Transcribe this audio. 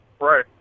Right